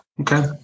Okay